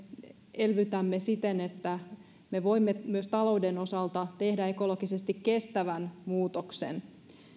elvytämme siten että me voimme myös talouden osalta tehdä ekologisesti kestävän muutoksen